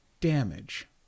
damage